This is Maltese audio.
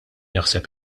jaħseb